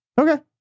Okay